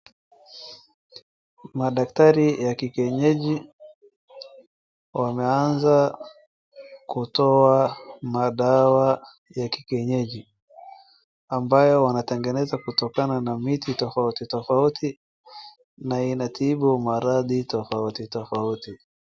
Madaktari ya kikienyeji wameanza kutoa madawa ya kikienyeji ambayo wanatengeneza kutokana na miti tofauti tofauti na inatibu maradhi tofauti tofauti.